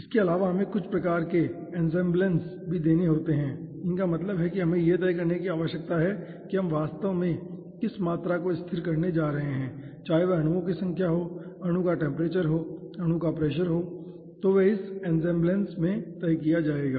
इसके अलावा हमें कुछ प्रकार के एन्सेंबलेस भी देने होते हैं इसका मतलब है कि हमें यह तय करने की आवश्यकता है कि हम वास्तव में किस मात्रा को स्थिर करने जा रहे हैं चाहे वह अणु की संख्या हो अणु का टेम्परेचर हो अणु का प्रेशर हो तो वे इस एन्सेंबलेस में तय किया जाएगा